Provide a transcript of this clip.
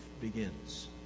begins